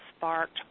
sparked